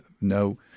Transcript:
no